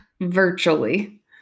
virtually